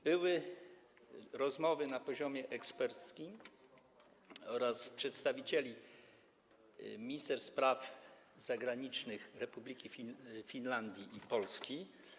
Były rozmowy na poziomie eksperckim oraz przedstawicieli ministerstw spraw zagranicznych Republiki Finlandii i Polski.